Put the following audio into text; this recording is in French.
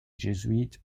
jésuites